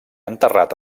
enterrat